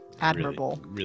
admirable